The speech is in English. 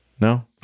No